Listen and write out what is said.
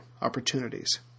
opportunities